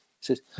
says